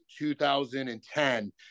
2010